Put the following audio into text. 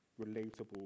relatable